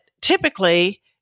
typically